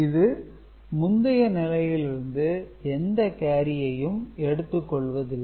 இது முந்தைய நிலையிலிருந்து எந்த கேரியையும் எடுத்து கொள்வது இல்லை